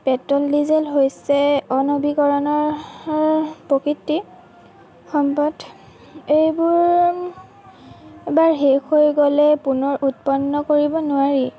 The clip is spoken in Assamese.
পেট্ৰল ডিজেল হৈছে অনৱীকৰণৰ প্ৰকৃতিৰ সম্পদ এইবোৰ এবাৰ শেষ হৈ গ'লে পুনৰ উৎপন্ন কৰিব নোৱাৰি